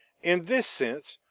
in this sense,